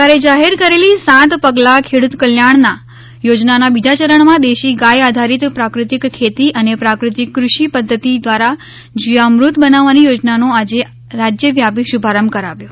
સરકારે જાહેર કરેલી સાત પગલાં ખેડૂત કલ્યાણાના યોજનાના બીજા ચરણમાં દેશી ગાય આધારિત પ્રાકૃતિક ખેતી અને પ્રાકૃતિક કૃષિ પદ્ધતિ દ્વારા જીવામૃત બનાવવાની યોજનાનો આજે રાજ્ય વ્યાપી શુભારંભ કરાવ્યો